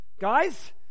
Guys